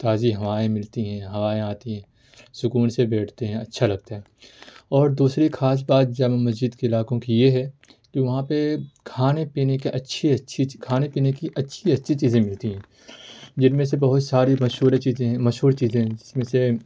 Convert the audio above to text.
تازی ہوائیں ملتی ہیں ہوائیں آتی ہیں سکون سے بیٹھتے ہیں اچھا لگتا ہے اور دوسری خاص بات جامع مسجد کے علاقوں کی یہ ہے کہ وہاں پہ کھانے پینے کی اچھی اچھی چی کھانے پینے کی اچھی اچھی چیزیں ملتی ہیں جن میں سے بہت ساری مشہوریں چیزیں ہیں مشہور چیزیں جس میں سے